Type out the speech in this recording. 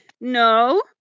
No